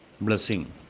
blessing